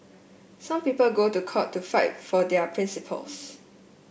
some people go to court to fight for their principles